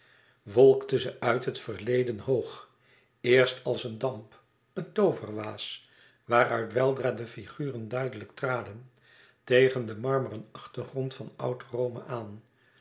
wolkte ze uit het verleden hoog eerst als een damp een tooverwaas waaruit weldra de figuren duidelijk traden tegen den marmeren achtergrond van oud rome aan